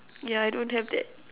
yeah I don't have that